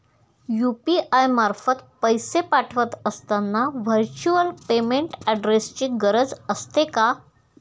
UPI मार्फत पैसे पाठवत असताना व्हर्च्युअल पेमेंट ऍड्रेसची गरज असते का?